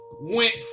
went